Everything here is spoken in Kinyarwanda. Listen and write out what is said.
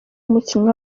umukinnyi